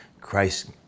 Christ